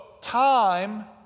Time